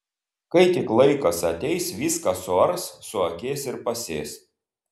kai tik laikas ateis viską suars suakės ir pasės